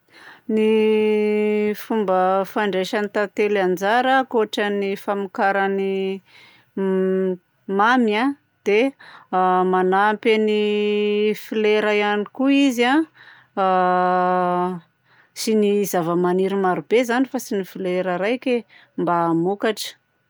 Ny fomba fandraisan'ny tantely anjara ankoatran'ny famokarany m mamy a dia: a manampy an'ny flera ihany koa izy a a sy ny zava-maniry marobe izany fa tsy ny flera raiky mba hamokatra.